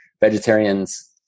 Vegetarians